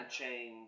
chain